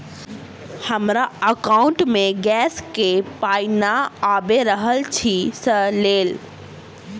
हमरा एकाउंट मे गैस केँ पाई नै आबि रहल छी सँ लेल?